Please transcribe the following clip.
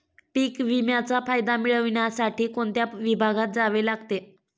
पीक विम्याचा फायदा मिळविण्यासाठी कोणत्या विभागात जावे लागते?